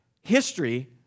history